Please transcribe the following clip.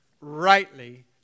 rightly